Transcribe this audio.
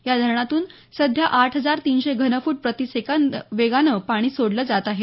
या धरणातून सध्या आठ हजार तीनशे घनफूट प्रतिसेकंद वेगानं पाणी सोडलं जात आहे